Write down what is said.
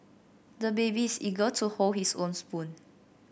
the baby is eager to hold his own spoon